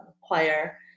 choir